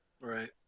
Right